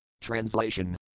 Translation